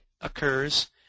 occurs